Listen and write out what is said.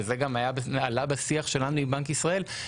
וזה גם עלה בשיח שלנו עם בנק ישראל,